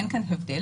אין כאן הבדל.